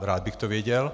Rád bych to věděl.